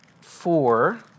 Four